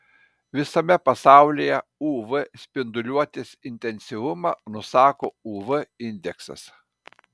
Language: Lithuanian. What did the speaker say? visame pasaulyje uv spinduliuotės intensyvumą nusako uv indeksas